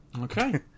Okay